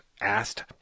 asked